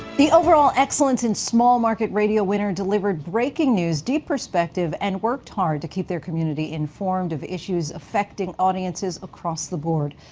the overall excellence in small market radio winner delivered breaking news deep perspective and worked hard to keep their community informed of issues affecting audiences across the board.